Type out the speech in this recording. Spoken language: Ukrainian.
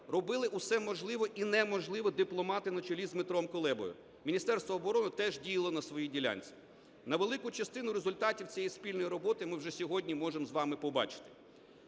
Робили все можливе і неможливе дипломати на чолі з Дмитром Кулебою. Міністерство оборони теж діяло на своїй ділянці. Невелику частину результатів цієї спільної роботи, ми вже сьогодні можемо побачити.